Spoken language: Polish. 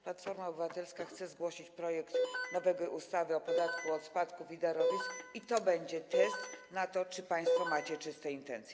Platforma Obywatelska chce zgłosić projekt nowej ustawy o podatku od spadków i darowizn i to będzie test na to, czy państwo macie czyste intencje.